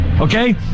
okay